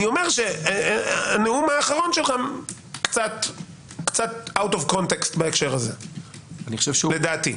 הנאום האחרון שלך קצת יוצא מההקשר לדעתי.